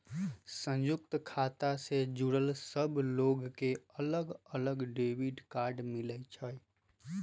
संयुक्त खाता से जुड़ल सब लोग के अलग अलग डेबिट कार्ड मिलई छई